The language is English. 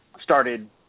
started